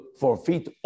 forfeit